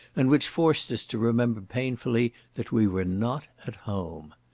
and which forced us to remember painfully that we were not at home.